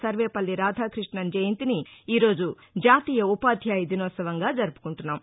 సర్వేపల్లి రాధాకృష్ణన్ జయంతిని ఈరోజు జాతీయ ఉపాధ్యాయ దినోత్సవంగా జరుపుకుంటున్నాం